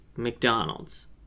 McDonald's